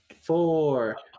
four